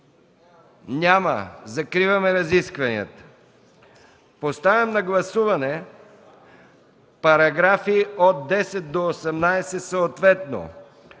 Няма. Закриваме разискванията. Поставям на гласуване параграфи от 10 до 18 –